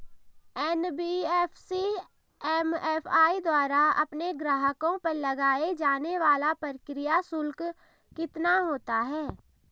NBFC MFI द्वारा अपने ग्राहकों पर लगाए जाने वाला प्रक्रिया शुल्क कितना होता है?